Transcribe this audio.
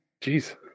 jeez